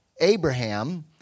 Abraham